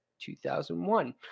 2001